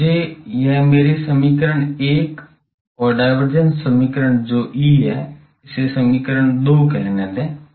तो मुझे यह मेरे समीकरण 1 और डाईवेर्जेंस समीकरण जो E हैं इसे समीकरण 2 कहने दें